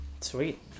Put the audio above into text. Sweet